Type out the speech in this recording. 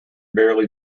barely